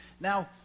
Now